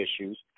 issues